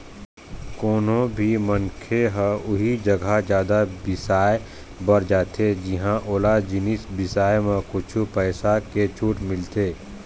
कोनो भी मनखे ह उही जघा जादा बिसाए बर जाथे जिंहा ओला जिनिस बिसाए म कुछ पइसा के छूट मिलथे